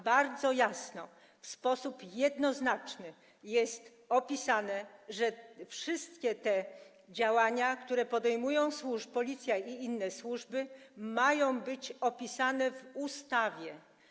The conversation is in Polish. Bardzo jasno, w sposób jednoznaczny jest opisane, że wszystkie te działania, które podejmują Policja i inne służby, mają być opisane w ustawie.